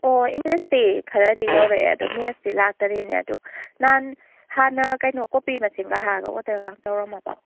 ꯑꯣ ꯏꯪꯂꯤꯁꯇꯤ ꯈꯔꯗꯤ ꯌꯧꯔꯛꯑꯦ ꯑꯗꯣ ꯃꯦꯠꯁꯇꯤ ꯂꯥꯛꯇꯔꯤꯅꯦ ꯑꯗꯣ ꯅꯍꯥꯟ ꯍꯥꯟꯅ ꯀꯩꯅꯣ ꯀꯣꯄꯤ ꯃꯁꯤꯡꯒ ꯍꯥꯟꯅꯒ ꯑꯣꯔꯗꯔꯒ ꯇꯧꯔꯝꯃꯕꯣ